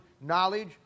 knowledge